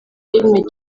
filime